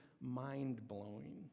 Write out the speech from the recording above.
mind-blowing